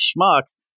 schmucks